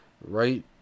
right